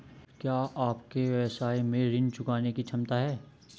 क्या आपके व्यवसाय में ऋण चुकाने की क्षमता है?